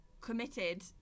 committed